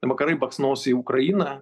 vakarai baksnos į ukrainą